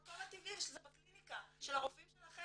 במקום הטבעי שזה בקליניקה של הרופאים שלכם.